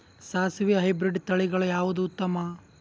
ಸಾಸಿವಿ ಹೈಬ್ರಿಡ್ ತಳಿಗಳ ಯಾವದು ಉತ್ತಮ?